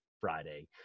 Friday